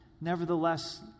Nevertheless